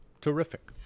terrific